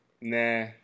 Nah